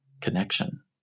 connection